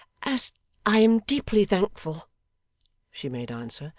as i am deeply thankful she made answer,